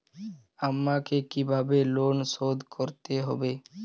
আমাকে কিভাবে লোন শোধ করতে হবে?